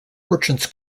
merchants